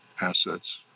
assets